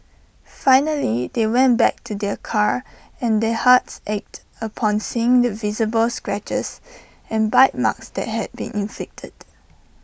finally they went back to their car and their hearts ached upon seeing the visible scratches and bite marks that had been inflicted